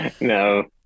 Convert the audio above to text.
no